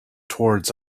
towards